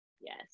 Yes